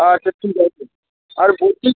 আচ্ছা ঠিক আছে আর বলছি